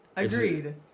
Agreed